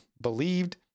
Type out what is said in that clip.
believed